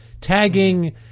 tagging